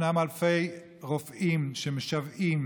ישנם אלפי רופאים שמשוועים